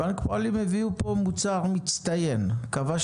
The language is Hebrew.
בנק הפועלים הביאו פה מוצר מצטיין שכבש